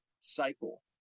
cycle